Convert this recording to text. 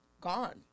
gone